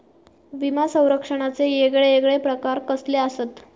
विमा सौरक्षणाचे येगयेगळे प्रकार कसले आसत?